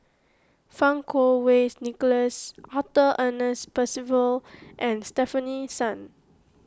Fang Kuo Wei Nicholas Arthur Ernest Percival and Stefanie Sun